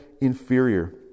inferior